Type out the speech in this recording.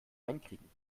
einkriegen